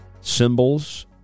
symbols